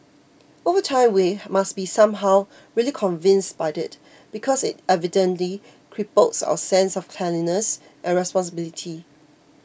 over time we must be somehow really convinced by it because it evidently cripples our sense of cleanliness and responsibility